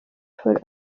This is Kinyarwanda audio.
for